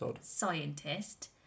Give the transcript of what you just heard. scientist